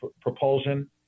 propulsion